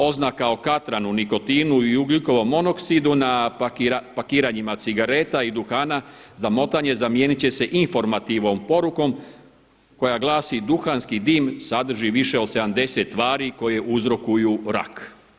Oznaka o katranu, nikotinu i ugljikovom monoksidu na pakiranjima cigareta i duhana za motanje zamijenit će se informativnom porukom koja vlasi duhanski dim sadrži više od 70 tvari koje uzrokuju rak.